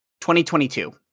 2022